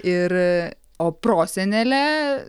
ir o prosenelė